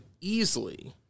easily